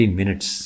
minutes